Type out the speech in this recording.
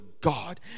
god